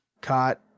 caught